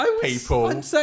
people